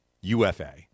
ufa